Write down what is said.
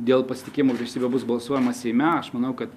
dėl pasitikėjimo vyriausybe bus balsuojama seime aš manau kad